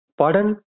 pardon